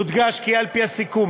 יודגש כי על-פי הסיכום,